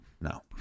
no